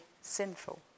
sinful